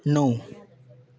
णव